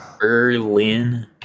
Berlin